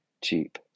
cheap